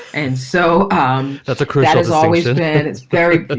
and so um that's a crucial, as always. and and it's very, but